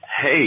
Hey